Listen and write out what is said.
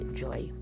joy